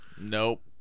Nope